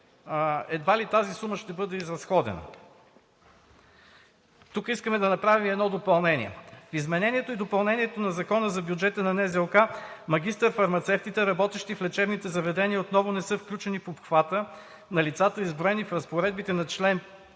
едва ли тази сума ще бъде изразходена. Тук искаме да направим и едно допълнение. В изменението и допълнението на Закона за бюджета на НЗОК магистър-фармацевтите, работещи в лечебните заведения, отново не са включени в обхвата на лицата, изброени в разпоредбите на чл.